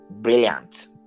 brilliant